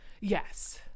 yes